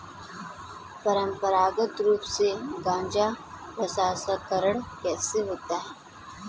परंपरागत रूप से गाजा प्रसंस्करण कैसे होता है?